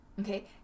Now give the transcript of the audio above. Okay